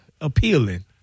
appealing